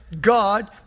God